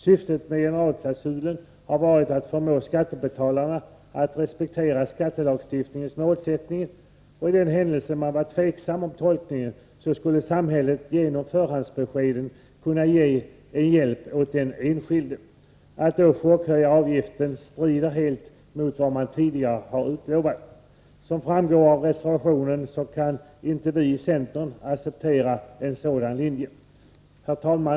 Syftet med generalklausulen har varit att förmå skattebetalarna att respektera skattelagstiftningens målsättning. För den händelse man var tveksam om tolkningen skulle samhället genom förhandsbesked kunna ge hjälp åt den enskilde. Att då chockhöja avgiften strider helt mot vad man tidigare utlovat. Som framgår av reservationen kan vi i centern inte acceptera en sådan linje. Herr talman!